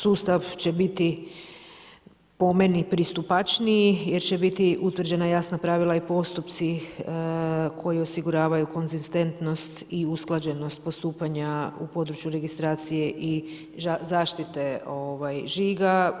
Sustav će biti po meni pristupačniji jer će biti utvrđena jasna pravila i postupci koji osiguravaju konzistentnost i usklađenost postupanja u području registracije i zaštite žiga.